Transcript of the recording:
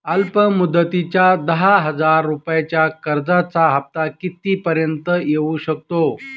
अल्प मुदतीच्या दहा हजार रुपयांच्या कर्जाचा हफ्ता किती पर्यंत येवू शकतो?